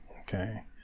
Okay